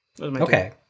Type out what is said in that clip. Okay